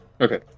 Okay